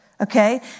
Okay